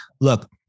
look